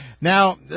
Now